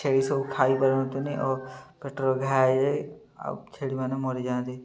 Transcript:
ଛେଳି ସବୁ ଖାଇ ପାରନ୍ତିନି ଓ ପେଟରେ ଘା ହେଇଯାଇ ଆଉ ଛେଳିମାନେ ମରିଯାଆନ୍ତି